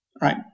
Right